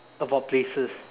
about places